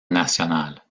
nationales